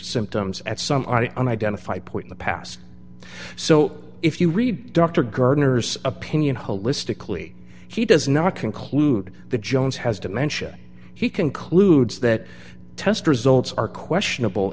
symptoms at some and identify point the past so if you read dr gardner's opinion holistically he does not conclude the jones has dementia he concludes that test results are questionable